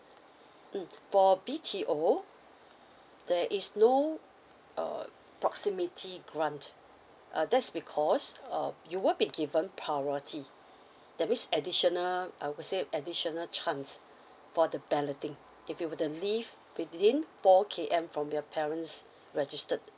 mm for B_T_O there is no uh proximity grant uh that's because um you will be given priority that means additional I would say additional chance for the balloting if you were to live within four K_M from your parents registered